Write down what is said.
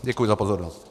Děkuji za pozornost.